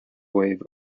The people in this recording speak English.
wave